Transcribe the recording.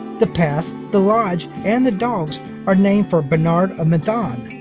the pass, the lodge, and the dogs are named for bernard of menthon,